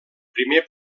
primer